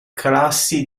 classi